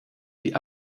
die